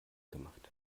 gemacht